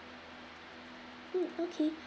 mm okay